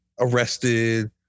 arrested